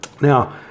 Now